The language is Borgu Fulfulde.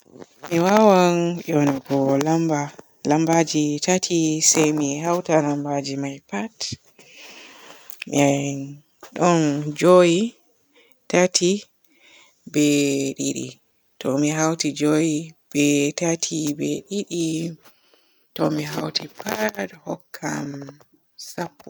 Mi waawan yoonogo lamba lambaji tati se mi hauta lambaji may pat. Mi ɗon joowi, tati be didi. To mi hauti joowi be tati be didi to mi hauti pat hokkan sappo.